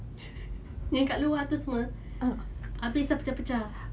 yang kat luar tu semua habis ah pecah-pecah